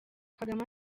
kagame